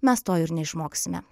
mes to ir neišmoksime